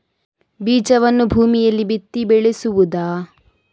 ಬೀಜವನ್ನು ಭೂಮಿಯಲ್ಲಿ ಬಿತ್ತಿ ಬೆಳೆಸುವುದಾ?